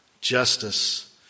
justice